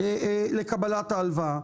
לקבלת ההלוואה.